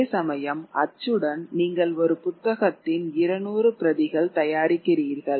அதேசமயம் அச்சுடன் நீங்கள் ஒரு புத்தகத்தின் 200 பிரதிகள் தயாரிக்கிறீர்கள்